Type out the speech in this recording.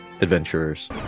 adventurers